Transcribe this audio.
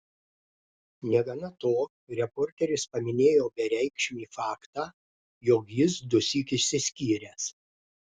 negana to reporteris paminėjo bereikšmį faktą jog jis dusyk išsiskyręs